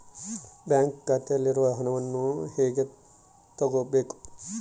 Bank ಖಾತೆಯಲ್ಲಿರುವ ಹಣವನ್ನು ಹೇಗೆ ತಗೋಬೇಕು?